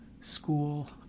school